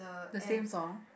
the same song